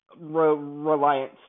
Reliance